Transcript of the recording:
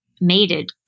mated